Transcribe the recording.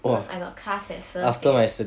because I got class at 十二点